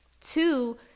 two